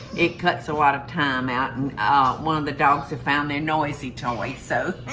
it cuts a lot of time out and one the dogs had found their noisy toys. so